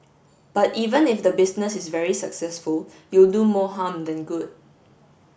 but even if the business is very successful you'll do more harm than good